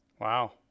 Wow